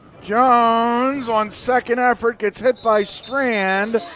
jones on second effort gets hit by strand.